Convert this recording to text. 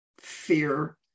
fear